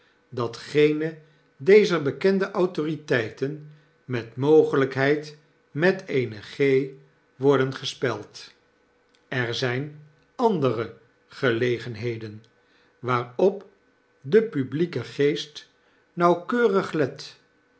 dat geene dezer bekende autoriteiten met mogelykheid met eene g worden gespeld er zijn andere gelegenheden waarop de publieke geest nauwkeurig let